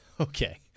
Okay